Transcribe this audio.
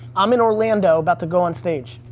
i'm in orlando about to go on stage.